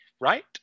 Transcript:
Right